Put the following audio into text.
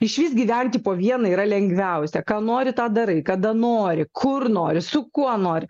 išvis gyventi po vieną yra lengviausia ką nori tą darai kada nori kur nori su kuo nori